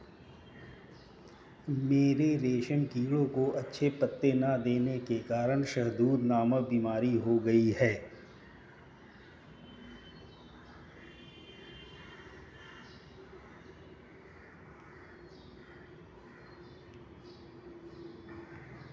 मेरे रेशम कीड़ों को अच्छे पत्ते ना देने के कारण शहदूत नामक बीमारी हो गई है